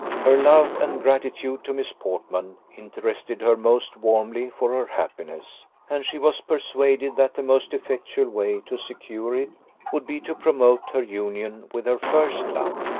her love and gratitude to miss portman interested her most warmly for her happiness, and she was persuaded that the most effectual way to secure it would be to promote her union with her first love.